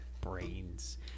Brains